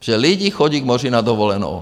Že lidé chodí k moři na dovolenou.